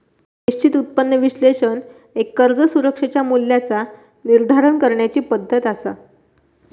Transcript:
निश्चित उत्पन्न विश्लेषण एक कर्ज सुरक्षेच्या मूल्याचा निर्धारण करण्याची पद्धती असा